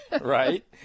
right